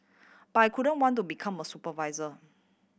but I couldn't want to become a supervisor